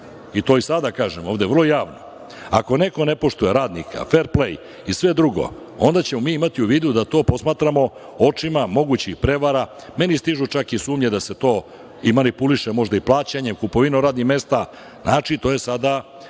i to i sada kažem ovde vrlo javno. Ako neko ne poštuje radnika, fer plej i sve drugo, onda ćemo mi imati u vidu da to posmatramo očima mogućih prevara. Meni stižu čak i sumnje da se to i manipuliše možda i plaćanjem, kupovinom radnih mesta. Znači to je sada